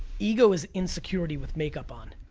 ego is insecurity with makeup on.